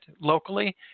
locally